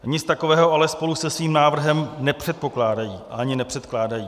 Nic takového ale spolu se svým návrhem nepředpokládají a ani nepředkládají.